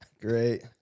Great